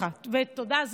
סליחה ותודה.